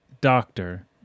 doctor